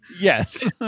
Yes